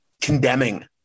condemning